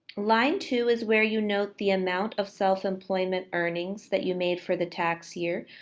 line two is where you note the amount of self employment earnings that you made for the tax year,